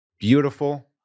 Beautiful